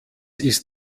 ist